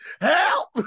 help